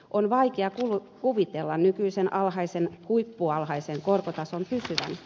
on vaikea kuvitella nykyisen alhaisen huippualhaisen korkotason pysyvän